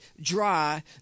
dry